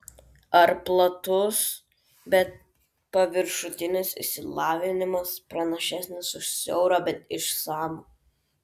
ar platus bet paviršutinis išsilavinimas pranašesnis už siaurą bet išsamų